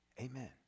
Amen